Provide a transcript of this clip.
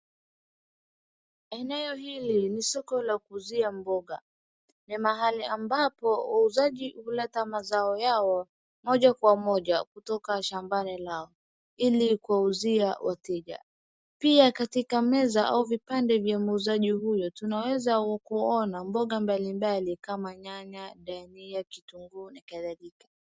Eneo hili soko la kuuzia boga. Ni mahali ambapo wauuzaji huleta mazao moja kwa moja kutoka shambani lao ili kuwauuzia wateja. Pia katika meza au vipande vya muuzaji huyo tunaweza kuona boga mbalimbali kama nyanya ,dania ,kitunguu na kadhalika.